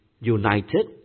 united